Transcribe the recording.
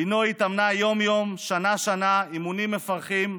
לינוי התאמנה יום-יום, שנה-שנה, אימונים מפרכים,